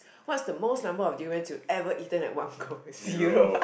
what's the most number of durians that you ever eaten in one go zero